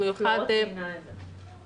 פלורה ציינה את זה.